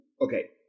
okay